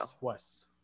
West